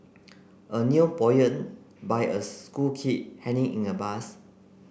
a new poem by a school kid hanging in a bus